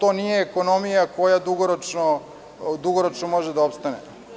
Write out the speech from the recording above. To nije ekonomija koja dugoročno može da opstane.